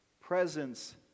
presence